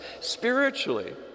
spiritually